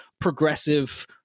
progressive